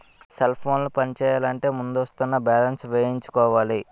cell ఫోన్లు పనిచేయాలంటే ముందస్తుగా బ్యాలెన్స్ వేయించుకోవాలి